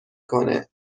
کنه